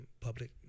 public